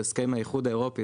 זה הסכם עם האיחוד האירופי,